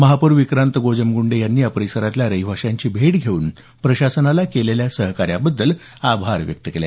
महापौर विक्रांत गोजमगुंडे यांनी या परिसरातल्या रहिवाशांची भेट घेऊन प्रशासनाला केलेल्या सहकार्याबद्दल आभार मानले